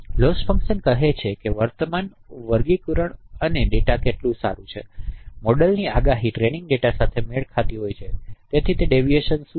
loss function કહે છે કે વર્તમાન વર્ગીકરણ અને ડેટા કેટલું સારું છે મોડેલની આગાહી ટ્રેનિંગ ડેટા સાથે મેળ ખાતી હોય છે તેથી વિચલન શું છે